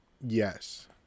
Yes